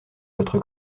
votre